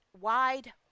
wide